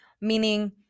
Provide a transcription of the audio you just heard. meaning